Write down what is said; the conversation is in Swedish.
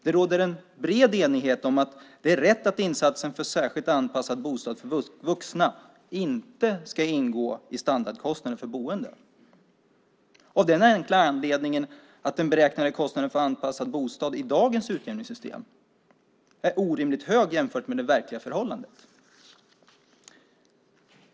Det råder en bred enighet om att det är rätt att insatsen för särskilt anpassad bostad för vuxna inte ska ingå i standardkostnaden för boende, av den enkla anledningen att den beräknade kostnaden för anpassad bostad i dagens utjämningssystem är orimligt hög jämfört med det verkliga förhållandet.